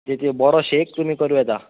ते तुवें बरो शेक करून पिवु जाता